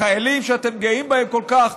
החיילים שאתם גאים בהם כל כך,